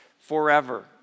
forever